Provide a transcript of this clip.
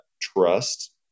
trust